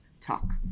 talk